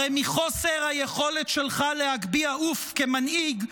הרי מחוסר היכולת שלך להגביה עוף כמנהיג,